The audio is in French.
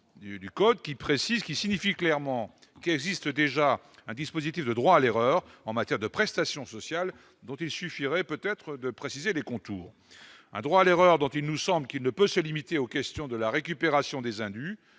du code qui précise qui signifie clairement qu'existe déjà un dispositif de droit à l'erreur en matière de prestations sociales dont il suffirait peut-être de préciser les contours, un droit à l'erreur dont il nous semble qu'il ne peut se limiter aux questions de la récupération des indus